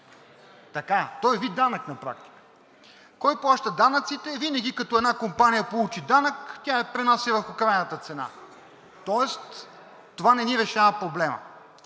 То е вид данък на практика. Кой плаща данъците? Винаги, когато една компания получи данък, тя го пренася върху крайната цена. Тоест това не ни решава проблема.